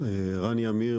שמי רני עמיר,